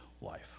life